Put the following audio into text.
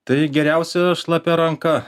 tai geriausia šlapia ranka